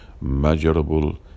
measurable